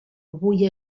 avui